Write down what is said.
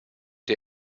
der